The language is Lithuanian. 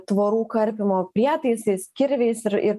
tvorų karpymo prietaisais kirviais ir ir